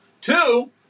Two